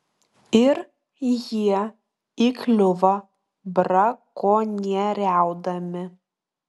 ir jie įkliuvo brakonieriaudami